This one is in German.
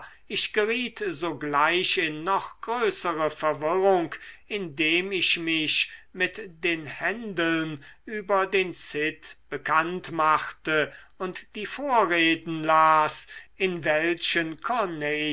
ich geriet sogleich in noch größere verwirrung indem ich mich mit den händeln über den cid bekannt machte und die vorreden las in welchen